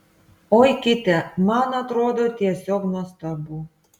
oi kitę man atrodo tiesiog nuostabu